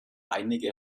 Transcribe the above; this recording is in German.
einige